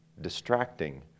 distracting